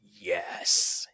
yes